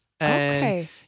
Okay